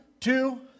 two